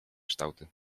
kształty